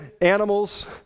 animals